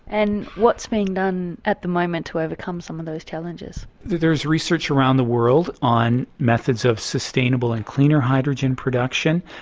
and what's being done at the moment to overcome some of those challenges? there's research around the world on methods of sustainable and cleaner hydrogen production.